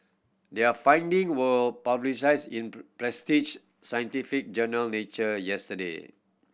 their finding were published in prestige scientific journal Nature yesterday